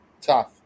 tough